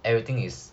everything is